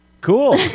cool